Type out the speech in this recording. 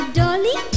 dolly